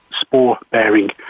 spore-bearing